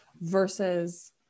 versus